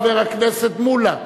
חבר הכנסת מולה,